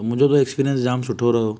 त मुंहिंजो त ऐक्सपीरियंस जाम सुठो रहियो